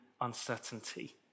uncertainty